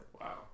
Wow